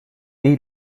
deal